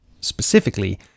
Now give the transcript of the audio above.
specifically